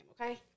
okay